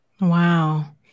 Wow